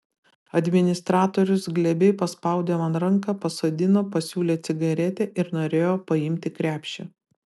administratorius glebiai paspaudė man ranką pasodino pasiūlė cigaretę ir norėjo paimti krepšį